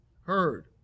heard